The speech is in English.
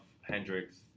Hendrix